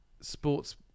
Sports